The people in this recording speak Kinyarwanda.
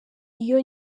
iyo